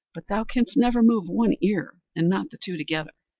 but thou canst never move one ear and not the two together.